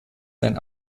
sein